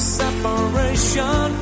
separation